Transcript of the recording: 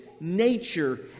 nature